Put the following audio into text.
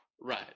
Right